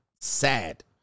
Sad